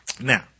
Now